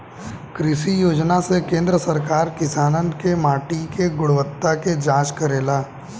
कृषि योजना से केंद्र सरकार किसानन के माटी के गुणवत्ता के जाँच करेला